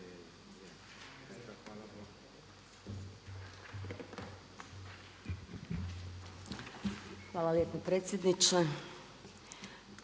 Hvala lijepa potpredsjedniče